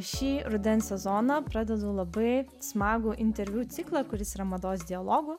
šį rudens sezoną pradedu labai smagų interviu ciklą kuris yra mados dialogų